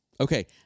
Okay